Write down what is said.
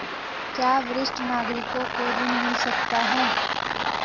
क्या वरिष्ठ नागरिकों को ऋण मिल सकता है?